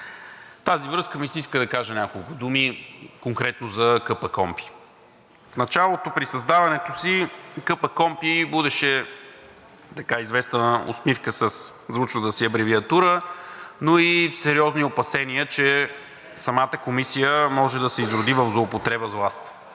тази връзка ми се иска да кажа няколко думи конкретно за КПКОНПИ. В началото при създаването си КПКОНПИ будеше известна усмивка със звучната си абревиатура, но и сериозни опасения, че самата Комисия може да се изроди в злоупотреба с власт.